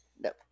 Nope